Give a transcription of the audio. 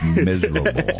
miserable